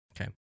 okay